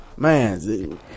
Man